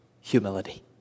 humility